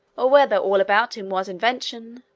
or whether all about him was invention,